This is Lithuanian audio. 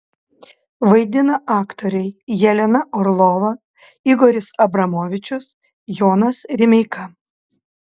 vaidina aktoriai jelena orlova igoris abramovičius jonas rimeika